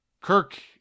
Kirk